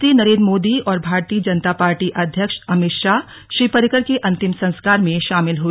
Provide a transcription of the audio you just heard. प्रधानमंत्री नरेन्द्र मोदी और भारतीय जनता पार्टी अध्यक्ष अमित शाह श्री पर्रिकर के अंतिम संस्कार में शामिल हुए